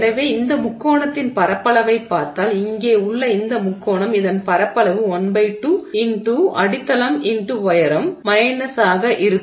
எனவே இந்த முக்கோணத்தின் பரப்பளவைப் பார்த்தால் இங்கே உள்ள இந்த முக்கோணம் இதன் பரப்பளவு 12 X அடித்தளம் X உயரம் ஆக இருக்கும்